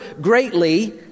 greatly